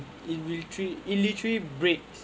it will treat it literally breaks